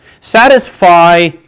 satisfy